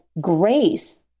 grace